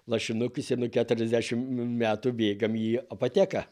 lašinukas ir nuo keturiasdešimt metų bėgame į apoteką